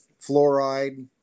fluoride